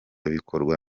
bikorwa